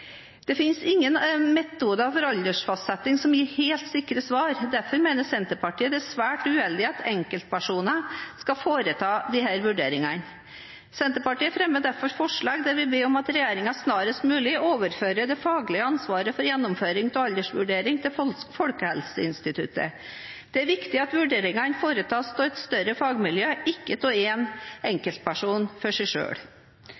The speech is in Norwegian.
Det finnes ingen metode for aldersfastsetting som gir helt sikre svar. Derfor mener Senterpartiet det er svært uheldig at enkeltpersoner skal foreta disse vurderingene. Senterpartiet fremmer derfor forslag der vi ber om at regjeringen snarest mulig overfører det faglige ansvaret for gjennomføring av aldersvurdering til Folkehelseinstituttet. Det er viktig at vurderingen foretas av et større fagmiljø, ikke av en